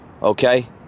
Okay